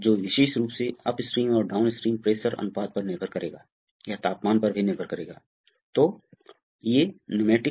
अगला अंतिम बिंदु अंतिम बिंदु अब सिलेंडर J पूरी तरह से पीछे हट गया है